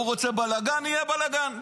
הוא רוצה בלגן, יהיה בלגן.